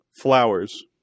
flowers